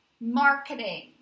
marketing